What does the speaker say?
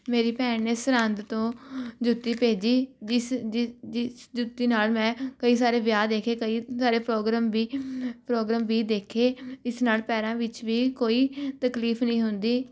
ਮੇਰੀ ਭੈਣ ਨੇ ਸਰਹਿੰਦ ਤੋਂ ਜੁੱਤੀ ਭੇਜੀ ਜਿਸ ਜਿ ਜਿਸ ਜੁੱਤੀ ਨਾਲ ਮੈਂ ਕਈ ਸਾਰੇ ਵਿਆਹ ਦੇਖੇ ਕਈ ਸਾਰੇ ਪ੍ਰੋਗਰਾਮ ਵੀ ਪ੍ਰੋਗਰਾਮ ਵੀ ਦੇਖੇ ਇਸ ਨਾਲ ਪੈਰਾਂ ਵਿੱਚ ਵੀ ਕੋਈ ਤਕਲੀਫ਼ ਨਹੀਂ ਹੁੰਦੀ